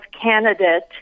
candidate